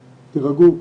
תירגעו,